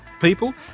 people